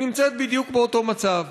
היא נמצאת בדיוק באותו מצב: